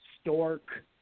Stork